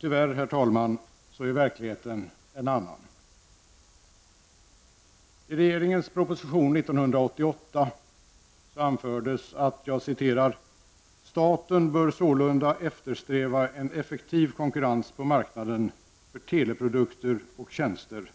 Tyvärr, herr talman, är verkligheten en annan. I regeringens proposition 1988 anfördes att: ''staten bör således eftersträva en effektiv konkurrens på marknaden för teleprodukter och tjänster.